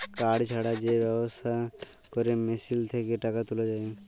card ছাড়া যে ব্যবস্থা ক্যরে মেশিল থ্যাকে টাকা তুলা যায়